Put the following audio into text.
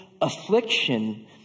affliction